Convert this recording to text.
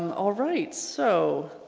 all right so